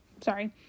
Sorry